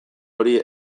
hori